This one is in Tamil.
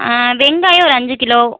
வெங்காயம் ஒரு அஞ்சு கிலோ